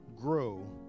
grow